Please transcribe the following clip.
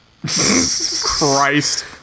Christ